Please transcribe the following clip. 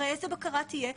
הרי איזו בקרה תהיה?